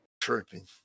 Tripping